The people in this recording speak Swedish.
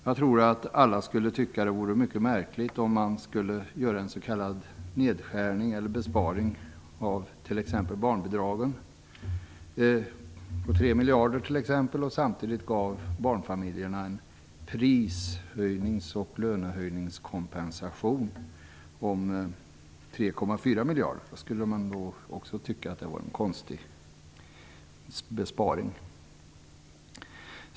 Jag tror att alla skulle tycka att det vore mycket märkligt om man gjorde en s.k. nedskärning eller besparing på t.ex. barnbidragen på 3 miljarder och samtidigt gav barnfamiljerna en pris och lönehöjningskompensation om 3,4 miljarder. Det skulle man nog också tycka var en konstig besparing.